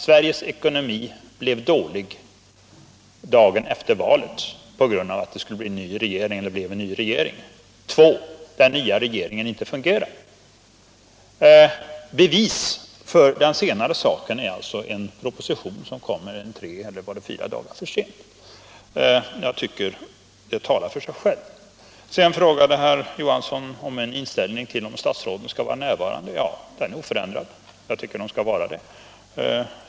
Sveriges ekonomi blev dålig dagen efter valet på grund av att det blev ny regering. 2. Den nya regeringen fungerar inte. Bevis för den senare saken är alltså en proposition som kom tre eller fyra dagar för sent. Jag tycker att det talar för sig självt. Sedan frågade herr Johansson om min inställning till om statsråden skall vara närvarande. Den är oförändrad. Jag tycker att de skall vara här.